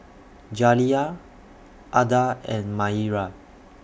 Jaliyah Adda and Maira